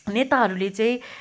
नेताहरूले चाहिँ